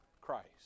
Christ